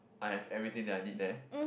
I have everything that I need there